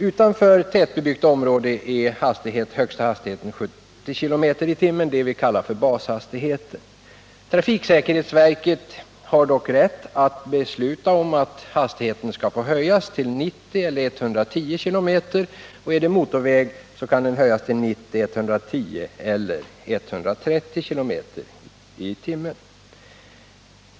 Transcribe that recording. Utanför tättbebyggt område är högsta hastigheten 70 km tim, på motorväg till 90, 110 eller 130 km/tim.